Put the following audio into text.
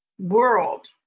world